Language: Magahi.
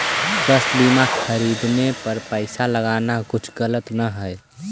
स्वास्थ्य बीमा खरीदने पर पैसा लगाना कुछ गलत न हई